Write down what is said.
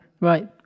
right